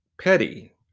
petty